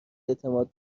اعتماد